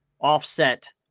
offset